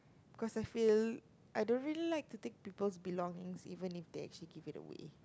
cause I feel I don't really like to take people's belongings even if they actually give it away